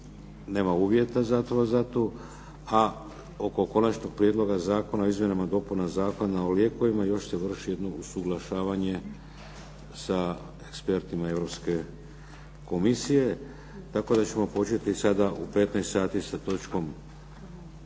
nema uvjeta za tu a oko Konačnog prijedloga zakona o izmjenama i dopunama Zakona o lijekovima još se vrši jedno usuglašavanje sa ekspertima Europske komisije. Tako da ćemo početi sada u 15 sati sa točkom 8.